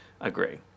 agree